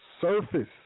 surface